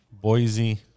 Boise